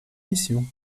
mission